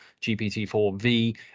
GPT-4V